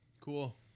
Cool